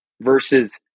versus